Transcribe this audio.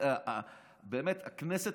הכנסת